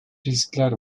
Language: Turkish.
riskler